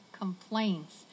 complaints